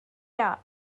out